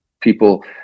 people